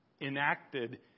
enacted